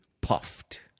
puffed